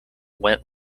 went